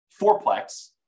fourplex